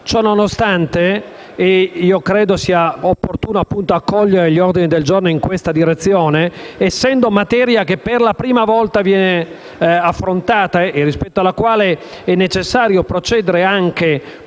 Ciononostante, credo sia opportuno accogliere gli ordini del giorno in questa direzione, essendo materia che per la prima volta viene affrontata e rispetto alla quale è necessario procedere anche